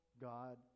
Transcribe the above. god